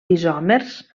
isòmers